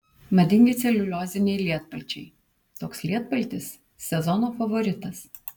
madingi celiulioziniai lietpalčiai toks lietpaltis sezono favoritas